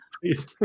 Please